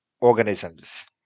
organisms